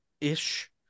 ish